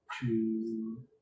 two